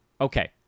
Okay